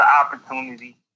opportunity